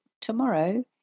tomorrow